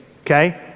okay